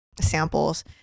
samples